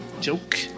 Joke